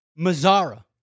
Mazzara